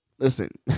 Listen